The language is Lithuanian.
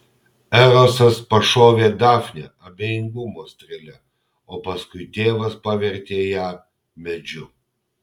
erosas pašovė dafnę abejingumo strėle o paskui tėvas pavertė ją medžiu